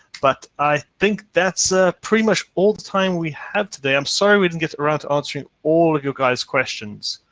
but i think that's ah pretty much all the time we have today. i'm sorry we didn't get around to answering all of your guys' questions,